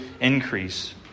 increase